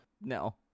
No